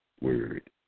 word